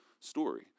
story